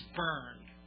burned